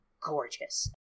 gorgeous